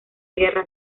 guerra